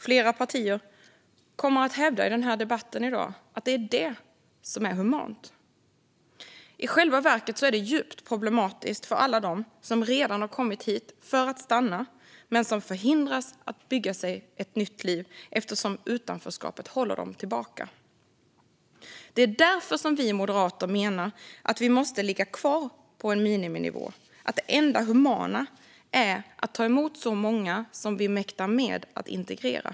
Flera partier kommer i debatten i dag att hävda att det är detta som är humant. I själva verket är det djupt problematiskt för alla dem som redan har kommit hit för att stanna men som hindras från att bygga sig ett nytt liv eftersom utanförskapet håller dem tillbaka. Därför menar vi moderater att vi måste ligga kvar på en miniminivå. Det enda humana är att ta emot så många som vi mäktar med att integrera.